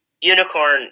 Unicorn